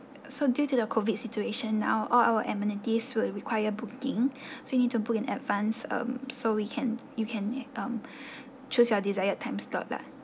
so due to the COVID situation now all our amenities will require booking so you need to book in advance um so we can you can um choose your desired time slot lah